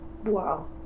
wow